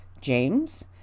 James